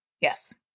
Yes